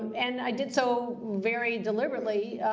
and i did so very deliberately,